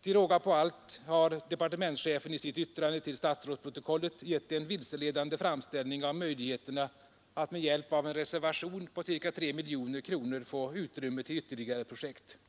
Till råga på allt har departementschefen i sitt yttrande till statsrådsproto kollet givit en vilseledande framställning av möjligheten att med hjälp av Nr 37 en reservation på ca 3 miljoner Kronor få utrymme till ytterligare projekt. Onsdagen